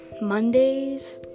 Mondays